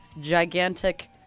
gigantic